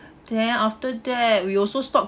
then after that we also stop